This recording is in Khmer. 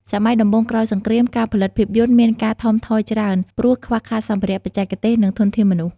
សម័យដំបូងក្រោយសង្គ្រាម ការផលិតភាពយន្តមានការថមថយច្រើន ព្រោះខ្វះខាតសម្ភារៈ បច្ចេកទេស និងធនធានមនុស្ស។